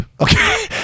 Okay